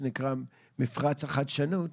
מפרץ החדשנות.